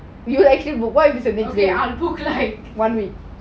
okay I'll book like one week